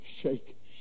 Shake